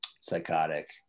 psychotic